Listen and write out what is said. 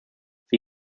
sie